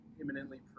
imminently